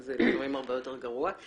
זה לפעמים הרבה יותר גרוע.